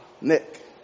Nick